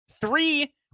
three